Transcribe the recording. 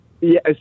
Yes